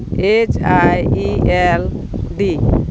H I E L D